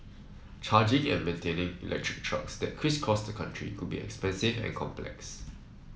charging and maintaining electric trucks that crisscross the country could be expensive and complex